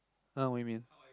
!huh! what you mean